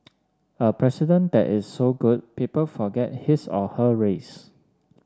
a president that is so good people forget his or her race